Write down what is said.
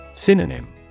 Synonym